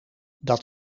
dat